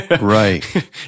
Right